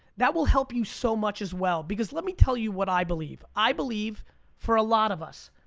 that will help you so much as well. because let me tell you what i believe. i believe for a lot of us,